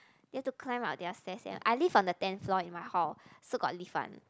you have to climb up their stairs sia I live on the tenth floor in my hall so got lift one